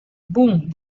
boom